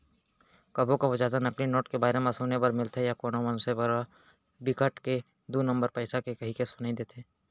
कभू कभू जादा नकली नोट के बारे म सुने बर मिलथे या कोनो मनसे करा बिकट के दू नंबर पइसा हे कहिके सुनई देथे